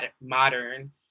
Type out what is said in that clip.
modern